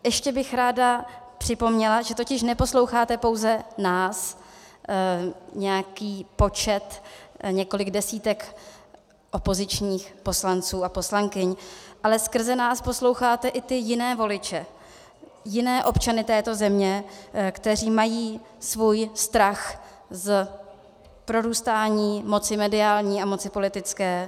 Ještě bych ráda připomněla, že totiž neposloucháte pouze nás, nějaký počet, několik desítek opozičních poslanců a poslankyň, ale skrze nás posloucháte i ty jiné voliče, jiné občany této země, kteří mají svůj strach z prorůstání moci mediální a moci politické.